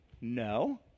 No